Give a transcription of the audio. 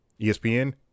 ESPN